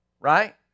Right